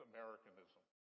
Americanism